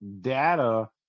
data